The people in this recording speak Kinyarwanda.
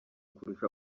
kurusha